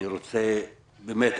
באמת,